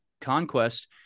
conquest